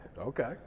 Okay